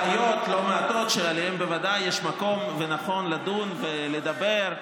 ויש בעיות לא מעטות שעליהן בוודאי יש מקום לדון ולדבר.